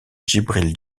djibril